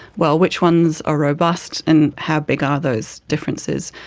well, which ones are robust and how big are those differences?